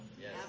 Yes